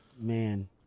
man